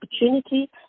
opportunity